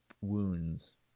wounds